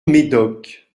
médoc